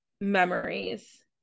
memories